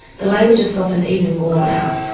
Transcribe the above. the language has softened even more now,